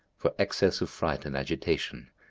for excess of fright and agitation,